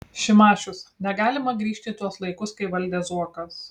šimašius negalima grįžti į tuos laikus kai valdė zuokas